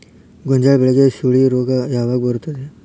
ಗೋಂಜಾಳ ಬೆಳೆಗೆ ಸುಳಿ ರೋಗ ಯಾವಾಗ ಬರುತ್ತದೆ?